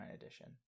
edition